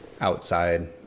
outside